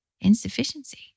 insufficiency